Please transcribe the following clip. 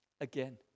again